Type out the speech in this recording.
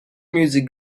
music